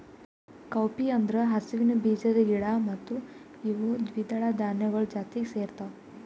cowpea ಅಂದುರ್ ಹಸುವಿನ ಬೀಜದ ಗಿಡ ಮತ್ತ ಇವು ದ್ವಿದಳ ಧಾನ್ಯಗೊಳ್ ಜಾತಿಗ್ ಸೇರ್ತಾವ